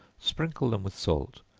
sprinkle them with salt,